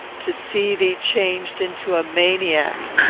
to see thee changed into a maniac!